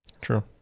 True